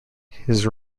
his